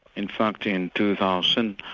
in fact in two thousand,